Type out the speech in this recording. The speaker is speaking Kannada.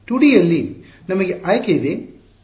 2D ಯಲ್ಲಿ ನಮಗೆ ಆಯ್ಕೆ ಇದೆ